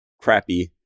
crappy